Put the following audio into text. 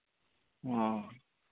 ᱚ